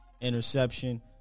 interception